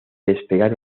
despegar